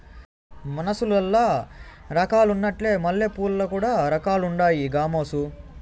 మనుసులల్ల రకాలున్నట్లే మల్లెపూలల్ల కూడా రకాలుండాయి గామోసు